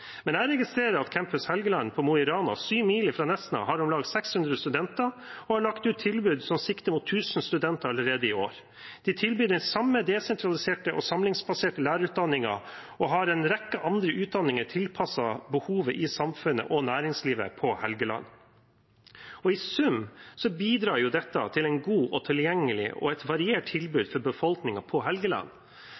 men jeg registrerer at Campus Helgeland på Mo i Rana, 7 mil fra Nesna, har om lag 600 studenter og har lagt ut tilbud som sikter mot 1 000 studenter allerede i år. De tilbyr den samme desentraliserte og samlingsbaserte lærerutdanningen og har en rekke andre utdanninger tilpasset behovet i samfunnet og næringslivet på Helgeland. I sum bidrar dette til en god og tilgjengelig utdanning og et variert tilbud